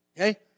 Okay